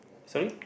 sorry